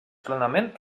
plenament